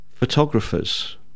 Photographers